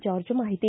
George ಮಾಹಿತಿ